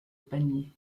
panier